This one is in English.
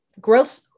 growth